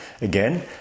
Again